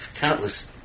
countless